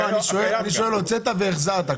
הוצאת והחזרת.